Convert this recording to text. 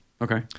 Okay